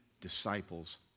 disciples